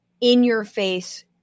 in-your-face